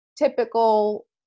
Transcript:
Typical